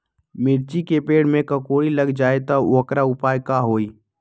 मिर्ची के पेड़ में कोकरी लग जाये त वोकर उपाय का होई?